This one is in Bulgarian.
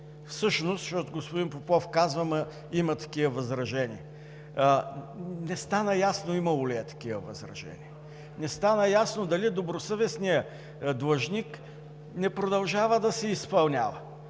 всъщност, защото господин Попов казва, че има такива възражения – не стана ясно имало ли е такива възражения, не стана ясно дали добросъвестният длъжник не продължава да си изпълнява,